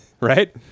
right